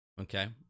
okay